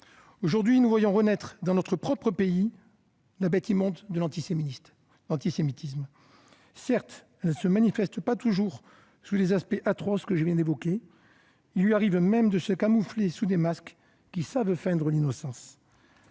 Aujourd'hui, nous voyons renaître, dans notre propre pays, la bête immonde de l'antisémitisme. Certes, elle ne se manifeste pas toujours sous les aspects atroces que je viens d'évoquer. Il lui arrive même de se camoufler sous des masques qui savent feindre l'innocence.